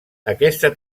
aquesta